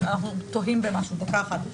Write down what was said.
משהו בעניין הזה או להביע עמדה או הסתייגות?